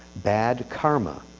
bad karma